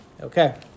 Okay